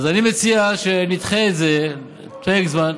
אז אני מציע שנדחה את זה לפרק זמן,